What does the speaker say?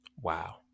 Wow